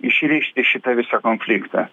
išrišti šitą visą konfliktą